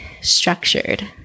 structured